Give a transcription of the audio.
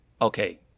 okay